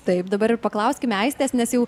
taip dabar ir paklauskime aistės nes jau